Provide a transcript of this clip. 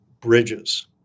bridges